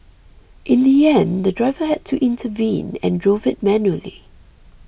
in the end the driver had to intervene and drove it manually